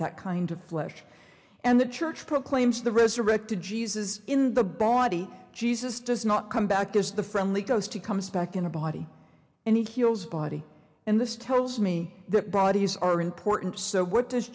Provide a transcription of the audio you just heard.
that kind of flesh and the church proclaims the resurrected jesus is in the body jesus does not come back as the friendly ghost he comes back in a body and heals body and this tells me that bodies are important so what does